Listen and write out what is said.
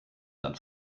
san